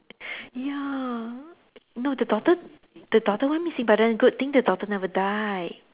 ya no the daughter the daughter went missing but then the good thing the daughter never die